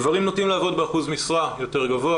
גברים נוטים לעבוד באחוז משרה יותר גבוה,